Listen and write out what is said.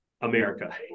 America